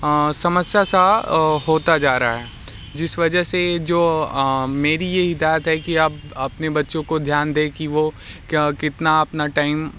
समस्या सा होता जा रहा है जिस वजह से जो मेरी ये हिदायत है कि आप अपने बच्चों को ध्यान दें कि वो क्या कितना अपना टाइम